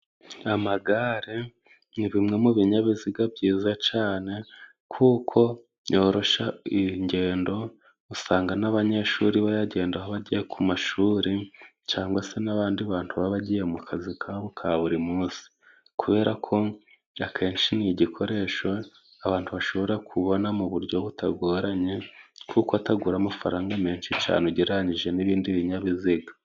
Amagare ni bimwe mu binyabiziga byiza cyane, kuko byoroshya ingendo, usanga n'abanyeshuri bayagendaho bajya ku mashuri, cyangwa se n'abandi bantu baba bagiye mu kazi kabo ka buri munsi. Kubera ko akenshi ni igikoresho abantu bashobora kubona mu buryo butagoranye, kuko atagura amafaranga menshi cyane, ugereranyije n'ibindi binyabiziga.